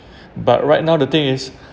but right now the thing is